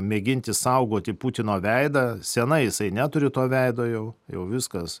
mėginti saugoti putino veidą senai jisai neturi to veido jau jau viskas